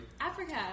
Africa